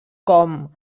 com